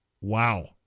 wow